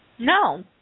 No